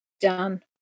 Done